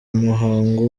umuhango